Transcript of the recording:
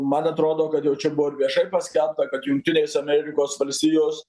man atrodo kad jau čia buvoir viešai paskelbta kad jungtinės amerikos valstijos